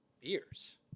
beers